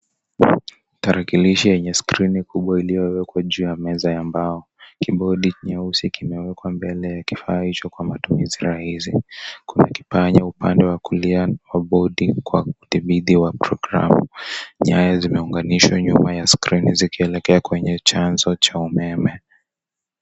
Tarakilishi yenye skrini kubwa iliyowekwa juubya meza ya mbao, kibodi nyeusi kimewekwa mbele ya kifaa hicho Kwa matumizi rahisi ,kuna kipanya upande wa kulia ,kibodi ya kudhibiti programu ,nyaya zimeunganishwa nyuma ya skrini zikielekea kwenye chanzo ya umeme.